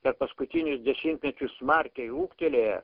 per paskutinius dešimtmečius smarkiai ūgtelėję